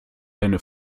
deine